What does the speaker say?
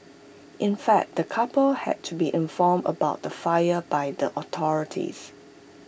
in fact the couple had to be informed about the fire by the authorities